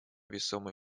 весомый